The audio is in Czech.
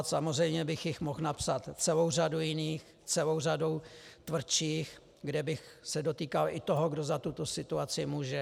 Samozřejmě bych jich mohl napsat celou řadu jiných, celou řadu tvrdších, kde bych se dotýkal i toho, kdo za tuto situaci může.